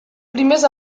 primers